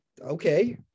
Okay